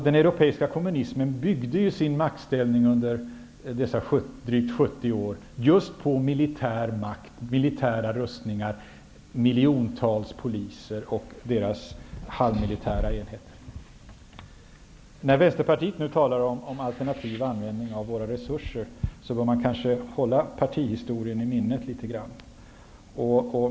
Den europeiska kommunismen byggde sin maktställning under dessa drygt 70 år på just militär makt, militära rustningar, miljontals poliser och halvmilitära enheter. När man i Vänsterpartiet nu talar om alternativ användning av våra resurser bör de kanske hålla partihistorien i minnet litet grand.